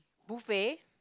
buffet